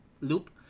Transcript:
loop